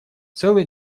целый